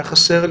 היה חסר לי,